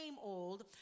old